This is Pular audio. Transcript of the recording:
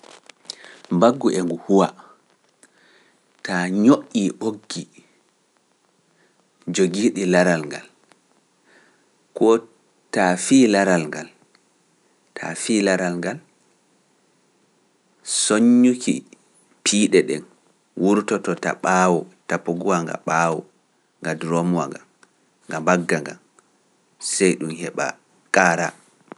Baggu e ngu huwa, taa ñoƴƴi ɓoggi jogiiɗi laral ngal, ko taa fii laral ngal, taa fii laral ngal, soññuki piiɗe ɗen wurtoto ta ɓaawo, ta poguwa nga ɓaawo, nga duromwa ngan, nga mbagga ngan, sey ɗum heɓa kaara.